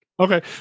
Okay